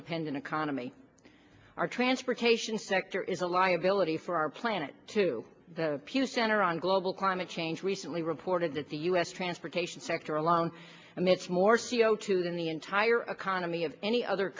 dependent economy our transportation sector is a liability for our planet to the pew center on global climate change recently reported that the u s transportation sector alone emits more c o two than the entire economy of any other